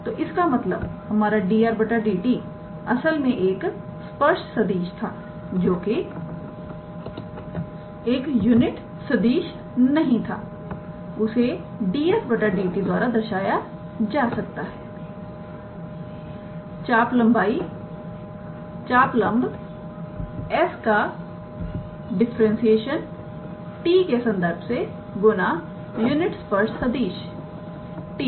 तो इसका मतलब हमारा 𝑑𝑟⃗ 𝑑𝑡 असल में एक स्पर्श सदिश था जो कि एक यूनिट सदिश नहीं था उसे 𝑑𝑠 𝑑𝑡 द्वारा दर्शाई जा सकता है चापलंब s का डिफरेंसेशन t के संदर्भ से गुना यूनिट स्पर्श सदिश 𝑡̂